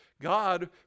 God